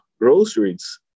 groceries